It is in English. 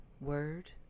word